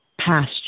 pasture